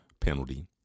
penalty